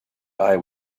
eye